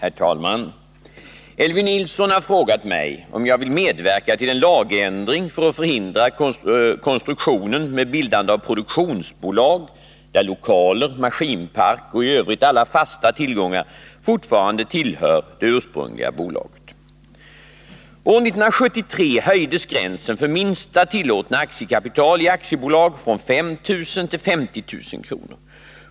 Herr talman! Elvy Nilsson har frågat mig om jag vill medverka till en lagändring för att förhindra konstruktionen med bildande av produktionsbolag, där lokaler, maskinpark och i övrigt alla fasta tillgångar fortfarande tillhör det ursprungliga bolaget. År 1973 höjdes gränsen för minsta tillåtna aktiekapital i aktiebolag från 5000 kr. till 50 000 kr.